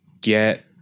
get